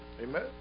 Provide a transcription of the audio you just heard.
Amen